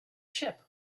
ship